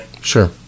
Sure